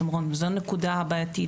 זו גם נקודה בעייתית.